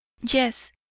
Yes